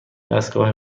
دستگاه